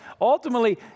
ultimately